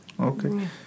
Okay